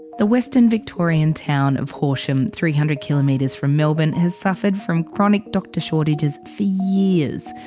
the western victorian town of horsham. three hundred kilometres from melbourne. has suffered from chronic doctor shortages for years.